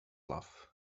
love